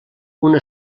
una